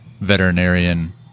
veterinarian